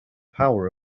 power